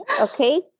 Okay